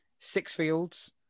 Sixfields